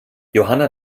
johanna